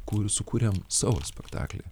kur sukurėm savo spektaklį